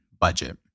budget